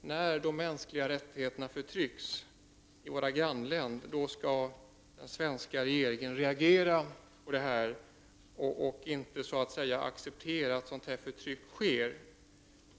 när de mänskliga rättigheterna förtrycks i våra grannländer skall den svenska regeringen reagera och inte acceptera att sådant förtryck sker.